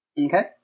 Okay